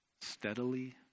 steadily